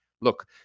look